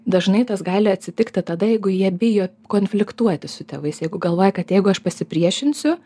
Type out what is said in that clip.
dažnai tas gali atsitikti tada jeigu jie bijo konfliktuoti su tėvais jeigu galvoja kad jeigu aš pasipriešinsiu